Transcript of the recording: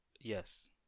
Yes